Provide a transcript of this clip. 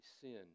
sin